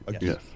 Yes